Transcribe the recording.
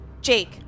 Jake